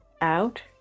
out